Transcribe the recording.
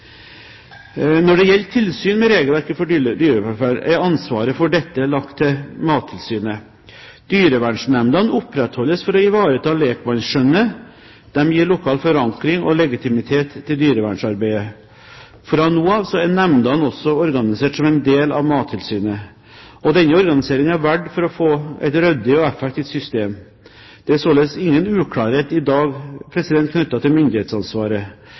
Når det gjelder tilsyn med regelverket for dyrevelferd, er ansvaret for dette lagt til Mattilsynet. Dyrevernnemndene opprettholdes for å ivareta lekmannsskjønnet, de gir lokal forankring og legitimitet til dyrevernarbeidet. Fra nå av er nemndene også organisert som en del av Mattilsynet. Denne organiseringen er valgt for å få et ryddig og effektivt system. Det er således ingen uklarhet i dag knyttet til myndighetsansvaret.